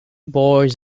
boys